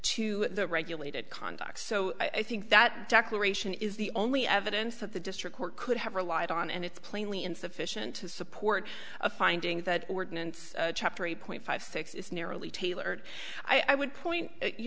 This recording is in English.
to the regulated conduct so i think that declaration is the only evidence that the district court could have relied on and it's plainly insufficient to support a finding that ordinance chapter eight point five six is narrowly tailored i would point you